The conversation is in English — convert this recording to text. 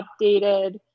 updated